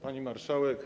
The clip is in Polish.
Pani Marszałek!